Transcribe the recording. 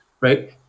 right